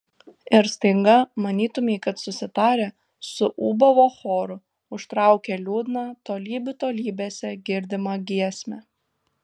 ir staiga manytumei kad susitarę suūbavo choru užtraukė liūdną tolybių tolybėse girdimą giesmę